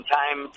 time